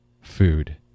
food